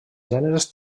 gèneres